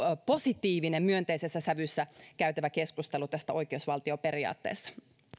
positiivinen myönteisessä sävyssä käytävä keskustelu oikeusvaltioperiaatteesta